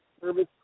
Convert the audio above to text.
Service